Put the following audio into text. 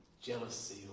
jealousy